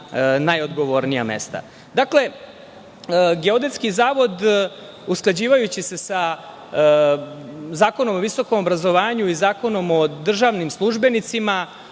najodgovornija mesta. Dakle, Geodetski zavod, usklađivajući se sa Zakonom o visokom obrazovanju i Zakonom o državnim službenicima,